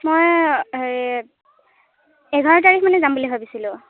মই এঘাৰ তাৰিখ মানে যাম বুলি ভাবিছিলোঁ